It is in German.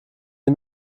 sie